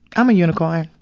i'm a unicorn.